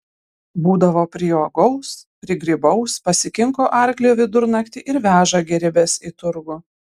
būdavo priuogaus prigrybaus pasikinko arklį vidurnaktį ir veža gėrybes į turgų